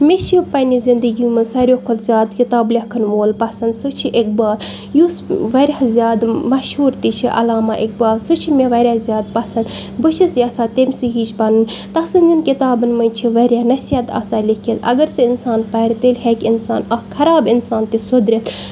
مےٚ چھِ پنٛنہِ زندگی منٛز ساروے کھۄتہٕ زیادٕ کِتاب لیکھان وول پَسنٛد سُہ چھِ اقبال یُس واریاہ زیادٕ مشہوٗر تہِ چھِ علامہ اقبال سُہ چھِ مےٚ واریاہ زیادٕ پَسنٛد بہٕ چھس یَژھان تٔمۍ سٕے ہِش بَنٕنۍ تَسٕنٛدٮ۪ن کِتابَن منٛز چھِ واریاہ نصیحت آسان لیکھِتھ اگر سُہ اِنسان پَرِ تیٚلہِ ہیٚکہِ اِنسان اَکھ خراب اِنسان تہِ سُدرِتھ